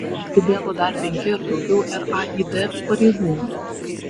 pribėgo dar penki ar daugiau raid pareigūnų